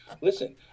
Listen